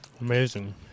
Amazing